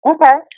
Okay